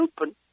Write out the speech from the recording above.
open